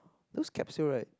those capsule right